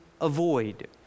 avoid